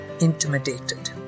intimidated